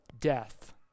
death